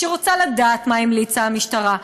שהיא רוצה לדעת מה המליצה המשטרה.